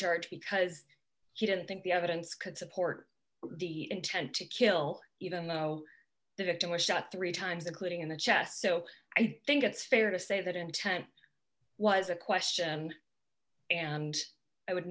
charge because he didn't think the evidence could support the intent to kill even though the victim was shot three times including in the chest so i think it's fair to say that intent was a question and i would